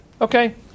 Okay